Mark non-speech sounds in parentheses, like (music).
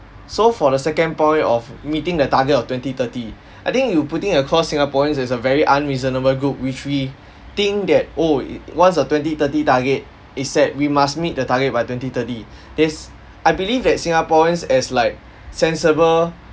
so for the second point of meeting the target of twenty-thirty (breath) I think you putting across singaporeans as a very unreasonable group which we (breath) think that oh it once a twenty-thirty target is set we must meet the target by twenty-thirty (breath) this I believe that singaporeans as like sensible